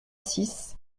six